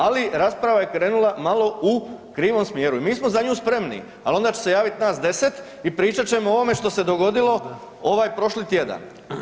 Ali rasprava je krenula malo u krivom smjeru i mi smo za nju spremni, al onda će se javit nas 10 i pričat ćemo o ovome što se dogodilo ovaj prošli tjedan.